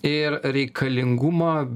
ir reikalingumą